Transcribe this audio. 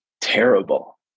terrible